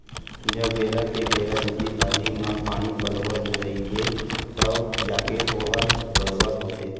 जब बेरा के बेरा सब्जी भाजी म पानी पलोवत रइबे तव जाके वोहर बरोबर होथे